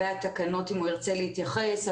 אם הוא ירצה להתייחס,